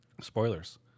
Spoilers